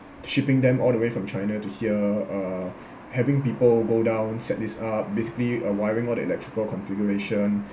shipping them all the way from china to here uh having people go down set this up basically uh wiring all the electrical configuration